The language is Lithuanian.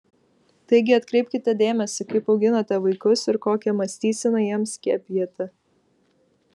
taigi atkreipkite dėmesį kaip auginate vaikus ir kokią mąstyseną jiems skiepijate